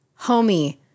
homie